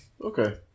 Okay